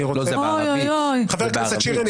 חבר הכנסת שירי, אני קורא אותך לסדר פעם שלישית.